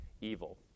evil